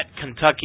Kentucky